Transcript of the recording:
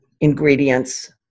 ingredients